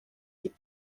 les